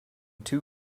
two